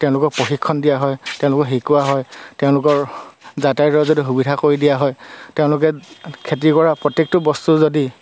তেওঁলোকক প্ৰশিক্ষণ দিয়া হয় তেওঁলোকক শিকোৱা হয় তেওঁলোকৰ যাতায়তৰ যদি সুবিধা কৰি দিয়া হয় তেওঁলোকে খেতি কৰা প্ৰত্যেকটো বস্তু যদি